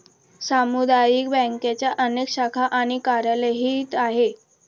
सामुदायिक बँकांच्या अनेक शाखा आणि कार्यालयेही आहेत